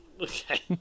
Okay